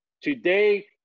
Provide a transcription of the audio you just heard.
Today